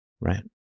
right